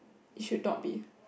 it should not be